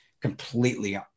completely